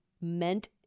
meant